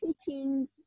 teaching